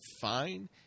fine